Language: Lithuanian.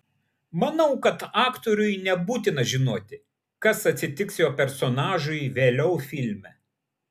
manau kad aktoriui nebūtina žinoti kas atsitiks jo personažui vėliau filme